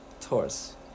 Taurus